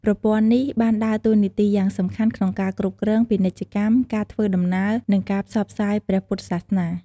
ប្រព័ន្ធនេះបានដើរតួនាទីយ៉ាងសំខាន់ក្នុងការគ្រប់គ្រង ពាណិជ្ជកម្ម ការធ្វើដំណើរ និងការផ្សព្វផ្សាយព្រះពុទ្ធសាសនា។